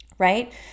right